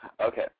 Okay